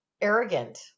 arrogant